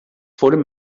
foren